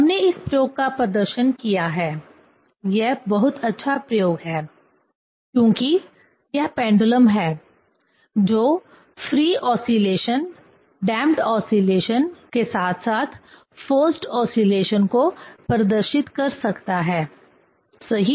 हमने इस प्रयोग का प्रदर्शन किया है यह बहुत अच्छा प्रयोग है क्योंकि यह पेंडुलम है जो फ्री ऑस्लेशन डैंपड ऑस्लेशन के साथ साथ फोर्सड ऑस्लेशन को प्रदर्शित कर सकता है सही